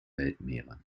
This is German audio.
weltmeere